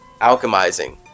alchemizing